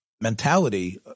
mentality